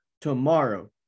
tomorrow